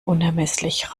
unermesslich